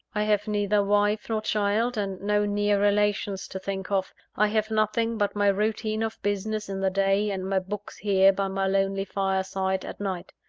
i have neither wife nor child and no near relations to think of i have nothing but my routine of business in the day, and my books here by my lonely fireside, at night.